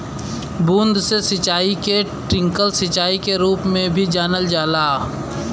बूंद से सिंचाई के ट्रिकल सिंचाई के रूप में भी जानल जाला